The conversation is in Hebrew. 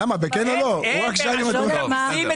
נבחן את